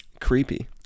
creepy